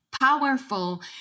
powerful